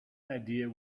idea